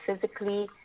physically